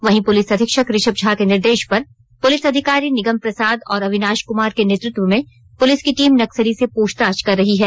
वहीं पुलिस अधीक्षक ऋषभ झा के निर्देश पर पुलिस अधिकारी निगम प्रसाद और अविनाश कुमार के नेतृत्व में पुलिस की टीम नक्सली से पूछताछ कर रही है